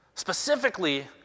Specifically